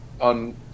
on